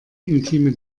intime